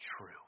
true